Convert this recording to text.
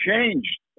changed